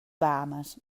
bahames